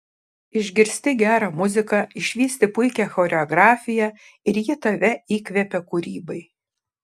išgirsti gerą muziką išvysti puikią choreografiją ir ji tave įkvepia kūrybai